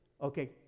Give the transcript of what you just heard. Okay